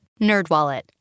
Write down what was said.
NerdWallet